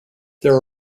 there